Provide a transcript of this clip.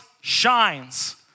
shines